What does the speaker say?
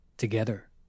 together